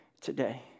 today